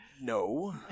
No